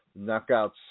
Knockouts